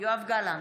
יואב גלנט,